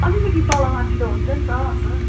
अलिकति त तलमाथि त हुन्छ नि त अन्त